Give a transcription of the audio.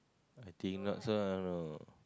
I think not so i don't know